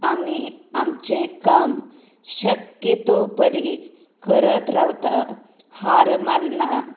आमी आमचें काम शक्यतो परी करत रावता हार मानना